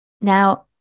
now